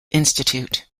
institute